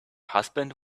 husband